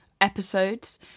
episodes